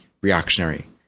reactionary